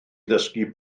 ddysgu